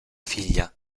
figlia